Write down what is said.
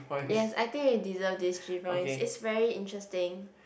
yes I think you deserve this three points it's very interesting